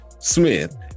Smith